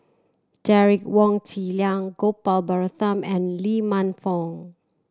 Derek Wong Zi Liang Gopal Baratham and Lee Man Fong